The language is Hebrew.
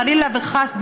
חלילה וחס,